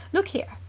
look here.